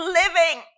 living